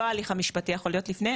לא ההליך המשפטי יכול להיות לפני,